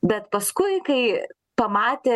bet paskui kai pamatė